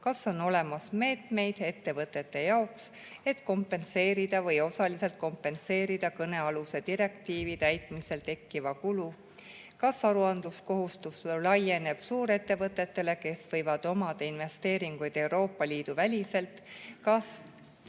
Kas on olemas meetmeid ettevõtete jaoks, et kompenseerida või osaliselt kompenseerida kõnealuse direktiivi täitmisel tekkiv kulu? Kas aruandluskohustus laieneb suurettevõtetele, kes võivad omada investeeringuid Euroopa Liidu väliselt? Kas